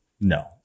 No